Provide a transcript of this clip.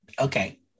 okay